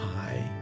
Hi